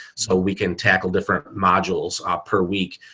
so we can tackle different modules per week.